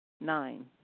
Nine